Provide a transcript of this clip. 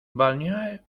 balnéaire